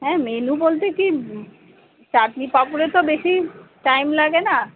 হ্যাঁ মেনু বলতে কী চাটনি পাপড়ে তো বেশি টাইম লাগে না